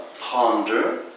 Ponder